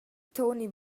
toni